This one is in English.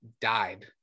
died